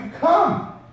come